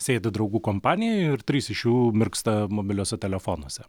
sėdi draugų kompanija ir trys iš jų mirksta mobiliuose telefonuose